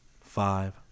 five